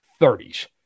30s